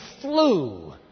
flew